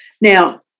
Now